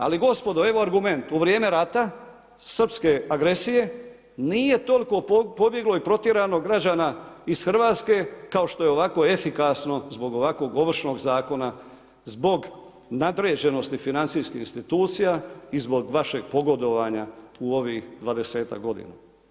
Ali gospodo, evo argument, u vrijeme rata srpske agresije nije toliko pobjeglo i protjerano građana iz Hrvatske kao što je ovako efikasno zbog ovakvog Ovršnog zakona, zbog nadređenosti financijskih institucija i zbog vašeg pogodovanja u ovih dvadesetak godina.